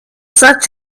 such